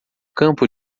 campo